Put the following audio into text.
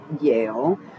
Yale